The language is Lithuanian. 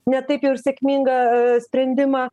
ne taip jau ir sėkmingą sprendimą